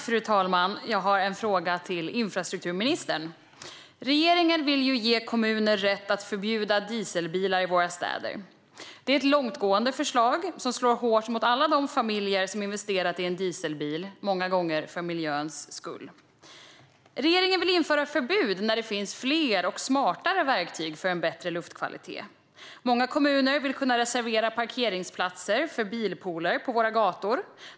Fru talman! Jag har en fråga till infrastrukturministern. Regeringen vill ge kommuner rätt att förbjuda dieselbilar i våra städer. Det är ett långtgående förslag som slår hårt mot alla de familjer som har investerat i en dieselbil, många gånger för miljöns skull. Regeringen vill införa förbud när det finns fler och smartare verktyg för en bättre luftkvalitet. Många kommuner vill kunna reservera parkeringsplatser för bilpooler på våra gator.